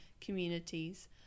communities